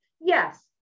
Yes